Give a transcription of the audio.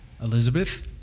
Elizabeth